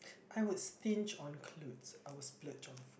I would stinge on clothes I would splurge on food